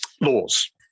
laws